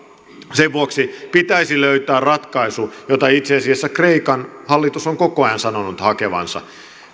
sen vuoksi pitäisi löytää ratkaisu jota itse asiassa kreikan hallitus on koko ajan sanonut hakevansa